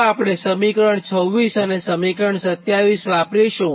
તો આપણે સમીકરણ 26 અને 27 વાપરીશું